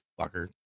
fucker